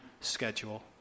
schedule